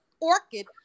orchid